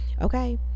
okay